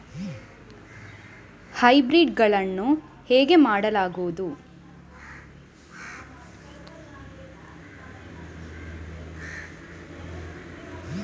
Hybrid ಗಳನ್ನು ಹೇಗೆ ಮಾಡಲಾಗುತ್ತದೆ?